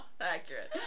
accurate